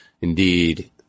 Indeed